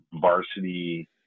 varsity